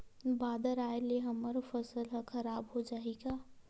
बादर आय ले हमर फसल ह खराब हो जाहि का?